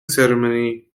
ceremony